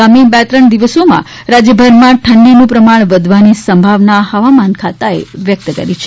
આગામી બે ત્રણ દિવસોમાં રાજ્યભરમાં ઠંડીનું પ્રમાણ વધવાની સંભાવના હવામાન ખાતેએ વ્યક્ત કરી છે